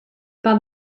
par